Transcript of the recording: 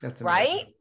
right